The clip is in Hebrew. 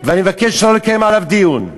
ואני מבקש שלא לקיים עליו דיון.